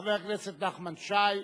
חבר הכנסת נחמן שי,